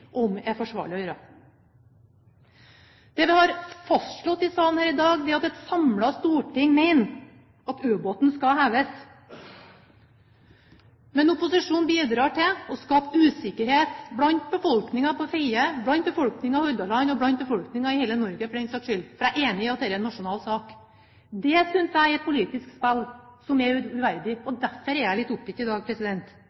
om er forsvarlig å gjøre? Det vi har fastslått i salen i dag, er at et samlet storting mener at ubåten skal heves, men opposisjonen bidrar til å skape usikkerhet blant befolkningen i Fedje, blant befolkningen i Hordaland og blant befolkningen i hele Norge, for den saks skyld – for jeg er enig i at dette er en nasjonal sak. Det synes jeg er et politisk spill som er uverdig, og